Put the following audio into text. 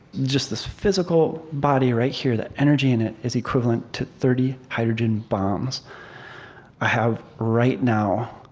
just this physical body right here, the energy in it, is equivalent to thirty hydrogen bombs i have right now.